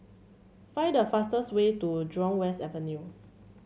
find a fastest way to Jurong West Avenue